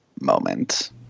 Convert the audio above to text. moment